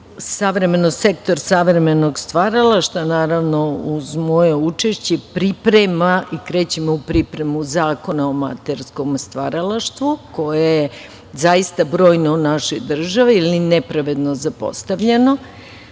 sa njim sektor savremenog stvaralaštva, uz moje učešće, priprema i krećemo u pripremu zakona o amaterskom stvaralaštvu, koje je zaista brojno u našoj državi ali nepravedno zapostavljeno.